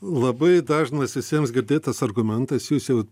labai dažnas visiems girdėtas argumentas jūs jau